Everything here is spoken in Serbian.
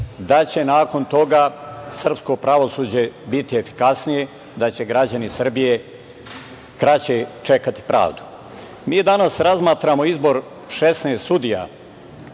da će nakon toga srpsko pravosuđe biti efikasnije, da će građani Srbije kraće čekati pravdu. Mi danas razmatramo 16 sudija